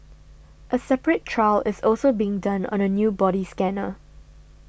a separate trial is also being done on a new body scanner